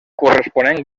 corresponent